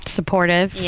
Supportive